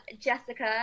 Jessica